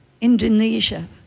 Indonesia